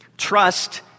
Trust